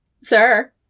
sir